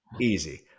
easy